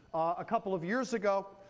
a couple of years ago,